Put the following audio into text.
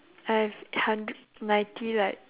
I have a hundred ninety like